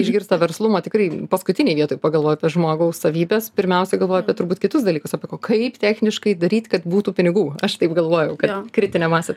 išgirsta verslumą tikrai paskutinėj vietoj pagalvoja apie žmogaus savybes pirmiausia galvoja apie turbūt kitus dalykus apie o kaip techniškai daryt kad būtų pinigų aš taip galvojau kad kritinė masė